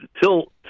till